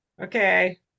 okay